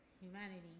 humanity